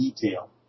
detail